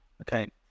Okay